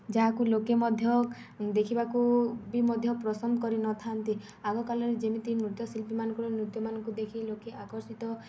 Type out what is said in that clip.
ଯାହାକୁ ଲୋକେ ମଧ୍ୟ ଦେଖିବାକୁ ବି ମଧ୍ୟ ପସନ୍ଦ କରିନଥାନ୍ତି ଆଗକାଳରେ ଯେମିତି ନୃତ୍ୟଶିଳ୍ପୀମାନଙ୍କର ନୃତ୍ୟମାନଙ୍କୁ ଦେଖି ଲୋକେ ଆକର୍ଷିତ